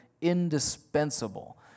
indispensable